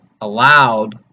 allowed